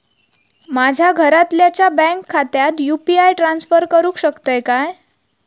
माझ्या घरातल्याच्या बँक खात्यात यू.पी.आय ट्रान्स्फर करुक शकतय काय?